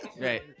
Right